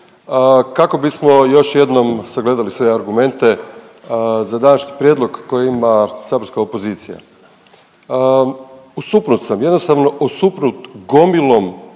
kako bismo još jednom sagledali sve argumente za današnji prijedlog koji ima saborska opozicija. Osupnut sam, jednostavno osupnut gomilom